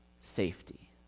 safety